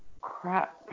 crap